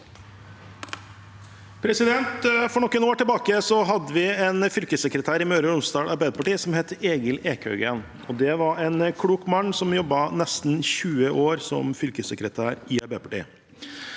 For noen år til- bake hadde vi en fylkessekretær i Møre og Romsdal Arbeiderparti som het Egil Ekhaugen. Det var en klok mann, som jobbet nesten 20 år som fylkessekretær i Arbeiderpartiet.